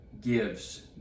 gives